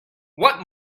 what